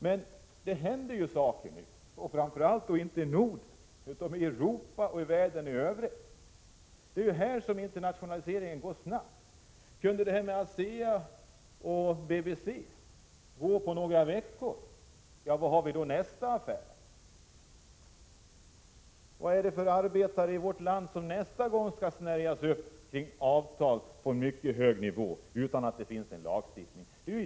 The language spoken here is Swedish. Men det händer ju saker nu, inte främst i Norden utan i Europa och världen i övrigt. Det är ju där som internationaliseringen går snabbt. Om samgåendet mellan ASEA och BBC kunde ske på några veckor, när kommer då nästa affär? Vad är det för arbetare i vårt land som nästa gång skall snärjas in av avtal slutna på mycket hög nivå utan att det finns en lagstiftning?